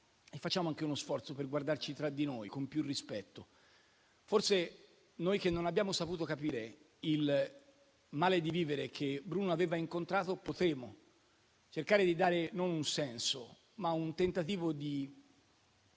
Facciamo anche uno sforzo per guardarci tra di noi, con più rispetto. Forse noi, che non abbiamo saputo capire il male di vivere che Bruno aveva incontrato, potremo fare un tentativo di